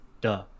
Duh